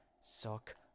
suck